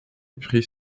prix